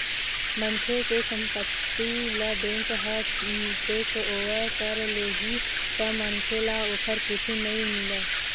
मनखे के संपत्ति ल बेंक ह टेकओवर कर लेही त मनखे ल ओखर कुछु नइ मिलय